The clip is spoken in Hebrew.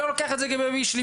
או לא לוקח את זה כבייבי שלי,